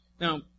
Now